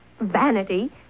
vanity